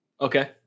Okay